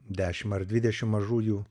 dešim ar dvidešim mažųjų